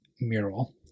mural